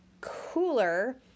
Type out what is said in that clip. cooler